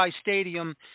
Stadium